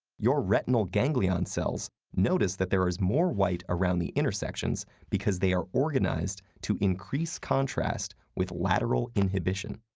your retinal ganglion cells notice that there is more white around the intersections because they are organized to increase contrast with lateral inhibition.